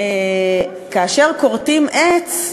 כאשר כורתים עץ,